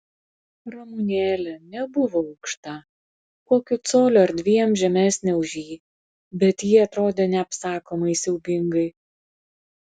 ramunėlė nebuvo aukšta kokiu coliu ar dviem žemesnė už jį bet ji atrodė neapsakomai siaubingai